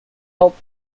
helped